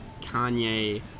Kanye